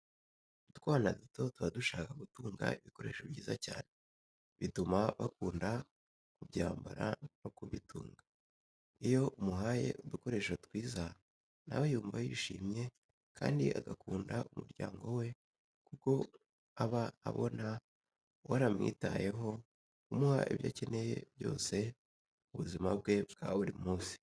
Utwana duto tuba dushaka gutunga ibikoresho byiza cyane, bituma bakunda kubyambara no kubitunga. Iyo umuhaye udukoresho twiza nawe yumva yishimye kandi agakunda umuryango we kuko aba abona waramwitayeho umuha ibyo akeneye byose mu buzima bwe bwa buri munsi.